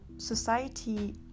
society